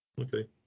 Okay